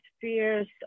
fears